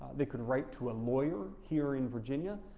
they could write to a lawyer here in virginia,